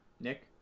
Nick